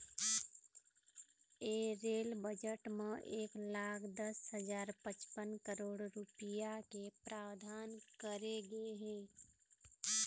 ए rail budget म एक लाख दस हजार पचपन करोड़ रूपिया के प्रावधान करे गे हे